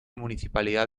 municipalidad